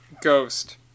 Ghost